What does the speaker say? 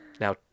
now